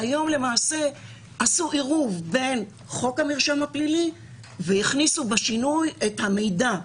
שהיום למעשה עשו עירוב בין חוק המרשם הפלילי והכניסו בשינוי את המידע.